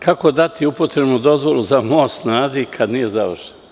Kako dati upotrebnu dozvolu za Most na Adi kad nije završen?